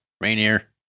Rainier